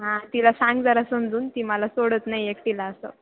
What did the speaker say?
हां तिला सांग जरा समजून ती मला सोडत नाही एकटीला असं